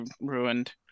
ruined